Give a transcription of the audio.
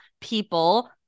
people